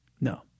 No